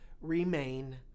remain